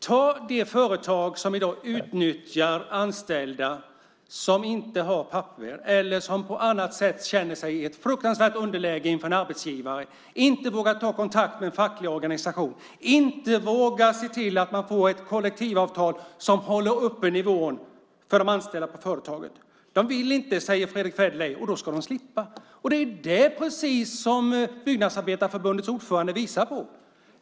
Ta de företag som i dag utnyttjar anställda som inte har papper eller som på något annat sätt känner att de är i ett fruktansvärt underläge inför sin arbetsgivare, inte vågar ta kontakt med någon facklig organisation och inte vågar se till att de får ett kollektivavtal som håller uppe nivån för de anställda på företaget. De vill inte, säger Fredrick Federley, och då ska de slippa. Det är precis det som Byggnadsarbetareförbundets ordförande visar på.